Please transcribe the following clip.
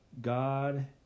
God